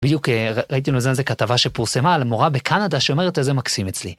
בדיוק ראיתי לא מזמן איזה כתבה שפורסמה על מורה בקנדה שאומרת איזה מקסים אצלי.